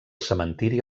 cementiri